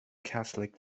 catholic